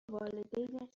والدینش